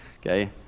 Okay